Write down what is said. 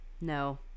No